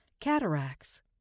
Cataracts